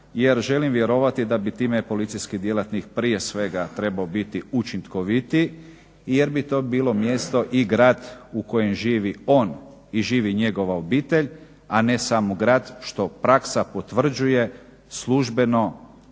jer želim vjerovati da bi time policijski djelatnik prije svega trebao biti učinkovitiji jer bi to bilo mjesto i grad u kojem živi on i živi njegova obitelj, a ne samo grad, što praksa potvrđuje službeno